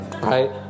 right